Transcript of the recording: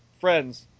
friends